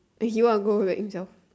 that he want to go like himself